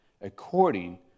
according